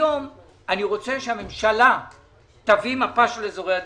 היום אני רוצה שהממשלה תביא מפה של אזורי עדיפות.